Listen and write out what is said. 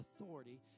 authority